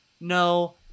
no